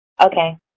Okay